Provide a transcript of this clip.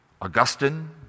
Augustine